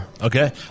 okay